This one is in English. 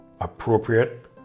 appropriate